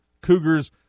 Cougars